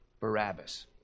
Barabbas